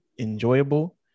enjoyable